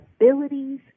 abilities